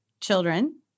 children